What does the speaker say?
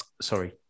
sorry